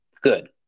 Good